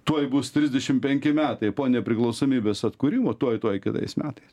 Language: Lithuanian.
tuoj bus trisdešim penki metai po nepriklausomybės atkūrimo tuoj tuoj kitais metais